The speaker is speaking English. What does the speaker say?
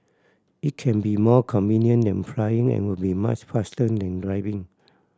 it can be more convenient than flying and will be much faster than driving